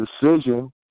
decision